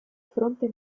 fronte